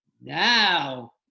now